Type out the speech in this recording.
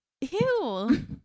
Ew